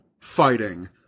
fighting